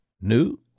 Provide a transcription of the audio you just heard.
new